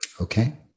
Okay